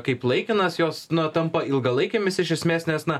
kaip laikinas jos na tampa ilgalaikėmis iš esmės nes na